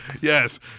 yes